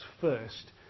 first